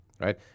right